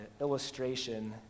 illustration